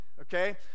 Okay